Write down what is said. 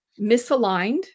misaligned